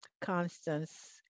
Constance